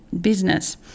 business